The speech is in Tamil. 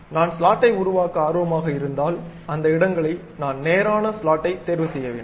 நான் ஸ்லாட்டைஉருவாக்க ஆர்வமாக இருந்தால் அந்த இடங்களை நான் நேரான ஸ்லாட்டைத் தேர்வு செய்ய வேண்டும்